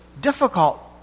difficult